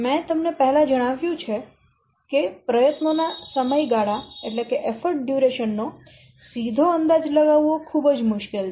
મેં તમને પહેલા જણાવ્યું છે કે પ્રયત્નો ના સમયગાળા નો સીધો અંદાજ લગાવવો ખૂબ જ મુશ્કેલ છે